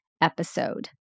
episode